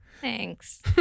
thanks